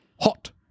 hot